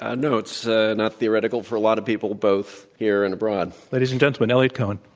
ah no, it's ah not theoretical for a lot of people both here and abroad. ladies and gentlemen, eliot cohen.